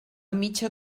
mitja